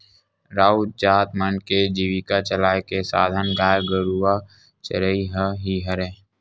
राउत जात मन के जीविका चलाय के साधन गाय गरुवा चरई ह ही हरय